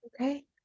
Okay